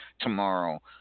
tomorrow